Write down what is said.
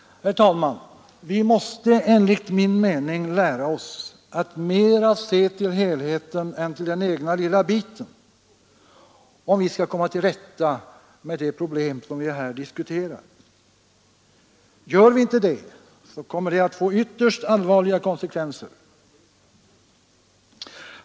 Herr talman! Vi måste enligt min mening lära oss att mera se till helheten än till den egna lilla biten, om vi skall komma till rätta med de problem som vi här diskuterar. Gör vi inte det, så kommer det att bli ytterst allvarliga konsekvenser.